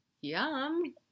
Yum